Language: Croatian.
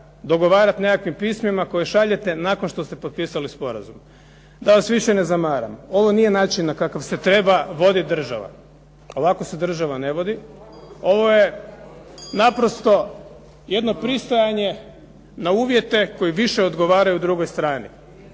dogovarati nekakvim pismima koje šaljete nakon što ste potpisali sporazum. Da vas više ne zamaram. Ovo nije način na kakav se treba voditi država, ovako se država ne vodi. Ovo je naprosto jedno pristajanje na uvjete koji više odgovaraju drugoj strani.